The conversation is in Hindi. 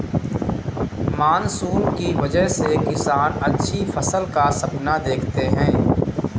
मानसून की वजह से किसान अच्छी फसल का सपना देखते हैं